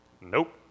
Nope